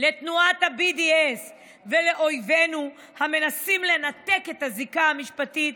לתנועת ה-BDS ולאויבינו המנסים לנתק את הזיקה המשפטית